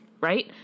Right